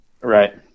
right